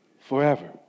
forever